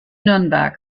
nürnberg